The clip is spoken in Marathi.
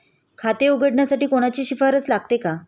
खाते उघडण्यासाठी कोणाची शिफारस लागेल का?